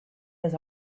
has